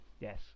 Yes